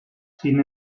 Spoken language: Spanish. sin